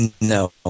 No